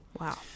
Wow